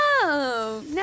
No